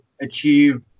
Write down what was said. achieve